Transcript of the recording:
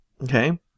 Okay